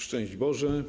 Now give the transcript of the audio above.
Szczęść Boże!